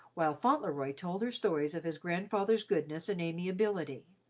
while fauntleroy told her stories of his grandfather's goodness and amiability.